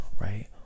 right